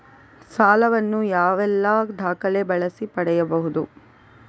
ಸಾಲ ವನ್ನು ಯಾವೆಲ್ಲ ದಾಖಲೆ ಬಳಸಿ ಪಡೆಯಬಹುದು?